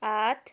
आठ